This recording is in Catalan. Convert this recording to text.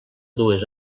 dues